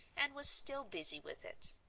and was still busy with it.